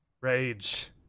rage